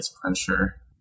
pressure